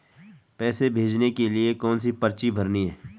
पैसे भेजने के लिए कौनसी पर्ची भरनी है?